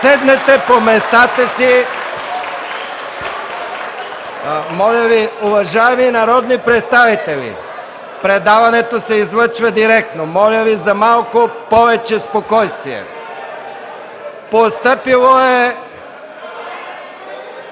седнете по местата си. Уважаеми народни представители, предаването се излъчва директно. Моля за малко повече спокойствие. Постъпило е